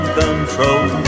control